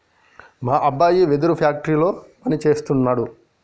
మా అబ్బాయి వెదురు ఫ్యాక్టరీలో పని సేస్తున్నాడు